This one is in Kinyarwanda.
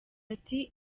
ati